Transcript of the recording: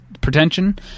pretension